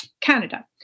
Canada